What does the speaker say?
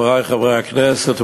חברי חברי הכנסת,